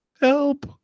help